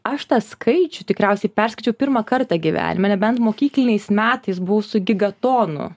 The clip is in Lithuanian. aš tą skaičių tikriausiai perskaičiau pirmą kartą gyvenime nebent mokykliniais metais buvau su gigatonu